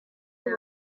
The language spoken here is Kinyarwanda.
bari